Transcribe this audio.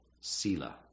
sila